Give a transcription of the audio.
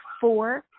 four